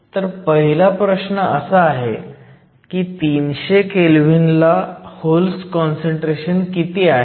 तर पहिला प्रश्न असा आहे की 300 केल्व्हीन ला होल्स काँसंट्रेशन किती आहे